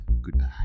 goodbye